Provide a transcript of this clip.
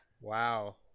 Wow